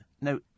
no